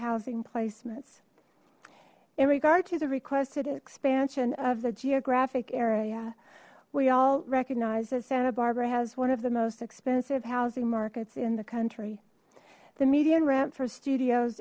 housing placements in regard to the requested expansion of the geographic area we all recognize that santa barbara has one of the most expensive housing markets in the country the median rent for studios